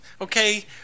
okay